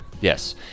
Yes